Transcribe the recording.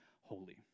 holy